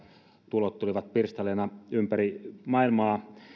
tulot tulivat pirstaleina ympäri maailmaa